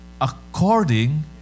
according